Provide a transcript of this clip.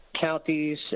counties